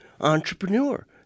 entrepreneur